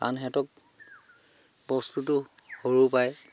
কাৰণ সিহঁতক বস্তুটো সৰুৰপৰাই